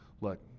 look